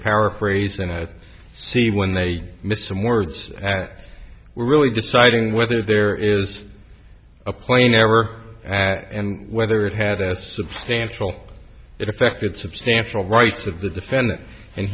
paraphrase and see when they missed some words that were really deciding whether there is a plane error and whether it had a substantial it affected substantial rights of the defendant and